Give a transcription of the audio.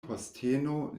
posteno